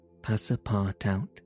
Passapartout